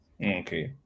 okay